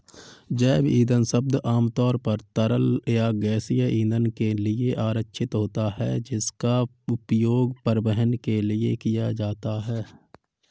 जैव ईंधन शब्द आमतौर पर तरल या गैसीय ईंधन के लिए आरक्षित होता है, जिसका उपयोग परिवहन के लिए किया जाता है